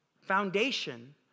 foundation